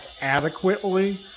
adequately